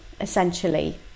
essentially